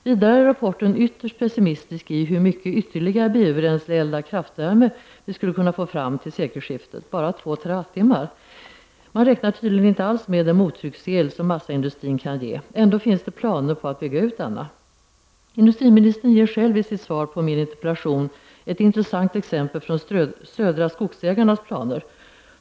Vidare är rapporten ytterst pessimistisk i vad gäller hur mycket ytterligare biobränsleeldad kraftvärme vi skulle kunna få fram till sekelskiftet — bara 2 TWh. Man räknar tydligen inte alls med den mottrycksel som massaindustrin kan ge. Ändå finns det planer på att bygga ut denna. Industriministern ger själv i sitt svar på min interpellation ett intressant exempel från Södra Skogsägarnas planer.